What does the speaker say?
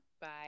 Bye